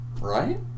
Right